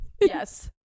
Yes